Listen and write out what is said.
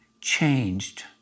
changed